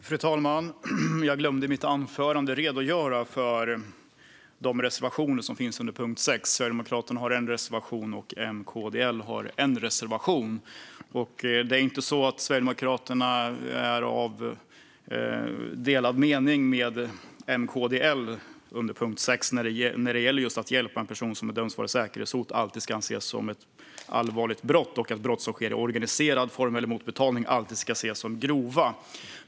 Fru talman! Jag glömde att i mitt anförande redogöra för de reservationer som finns under punkt 6. Sverigedemokraterna har en reservation och M, KD och L har en reservation. Det är inte så att Sverigedemokraterna är av en annan mening än M, KD och L under punkt 6 när det gäller att just att hjälpa en person som bedöms vara ett säkerhetshot alltid ska ses som ett allvarligt brott och att brott som sker i organiserad form eller mot betalning alltid ska ses som grova.